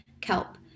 Kelp